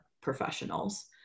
professionals